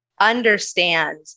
understand